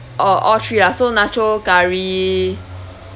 oh all three lah so nacho curry